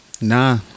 nah